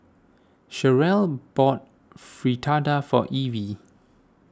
Cherrelle bought Fritada for Evie